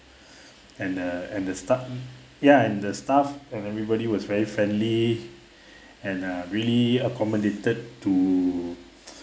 and uh and the staff ya and the staff and everybody was very friendly and uh really accommodated to